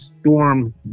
storm